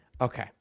Okay